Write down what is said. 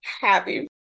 happy